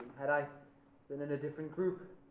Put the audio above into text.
had i been in a different group,